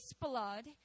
blood